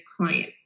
clients